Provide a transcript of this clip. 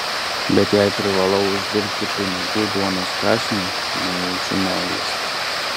bet jei privalau uždirbti pinigų duonos kąsniui nejaučiu meilės